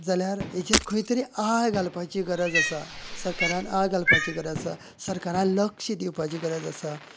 जाल्यार हाचेर खंय तरी आळ घालपाची गरज आसा सरकारान आळ घालपाची गरज आसा सरकारान लक्ष दिवपाची गरज आसा